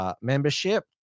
membership